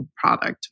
product